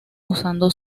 usando